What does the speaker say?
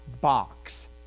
box